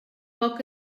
poca